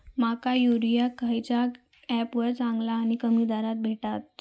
माका युरिया खयच्या ऍपवर चांगला आणि कमी दरात भेटात?